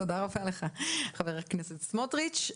תודה רבה לך חבר הכנסת בצלאל סמוטריץ'.